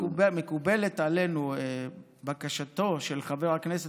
מקובלת עלינו בקשתו של חבר הכנסת,